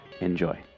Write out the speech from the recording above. enjoy